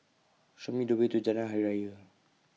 Show Me The Way to Jalan Hari Raya